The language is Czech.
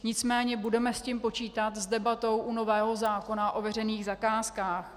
Nicméně budeme s tím počítat, s debatou u nového zákona o veřejných zakázkách.